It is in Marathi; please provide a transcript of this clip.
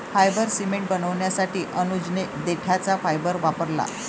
फायबर सिमेंट बनवण्यासाठी अनुजने देठाचा फायबर वापरला